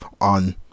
on